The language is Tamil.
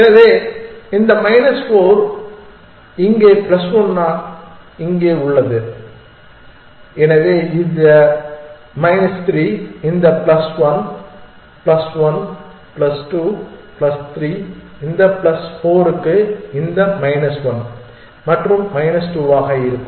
எனவே மைனஸ் 4 இங்கே பிளஸ் 1 இங்கே உள்ளது எனவே இது மைனஸ் 3 இந்த 1 பிளஸ் 1 பிளஸ் 2 பிளஸ் 3 இந்த பிளஸ் 4 க்கு இந்த மைனஸ் ஒன் மற்றும் மைனஸ் 2 ஆக இருக்கும்